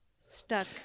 stuck